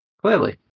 Clearly